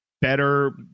better